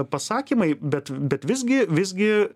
pasakymai bet bet visgi visgi